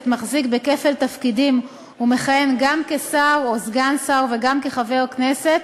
מחזיק בכפל תפקידים ומכהן גם כשר או סגן שר וגם כחבר כנסת